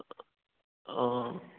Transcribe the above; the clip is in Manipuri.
ꯑꯥ